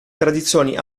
tradizioni